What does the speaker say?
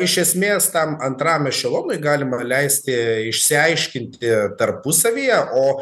iš esmės tam antram ešelonui galima leisti išsiaiškinti tarpusavyje o